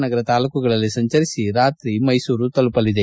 ನಗರ ತಾಲ್ಲೂಕುಗಳಲ್ಲಿ ಸಂಚರಿಸಿ ರಾತ್ರಿ ಮೈಸೂರು ತಲುಪಲಿದೆ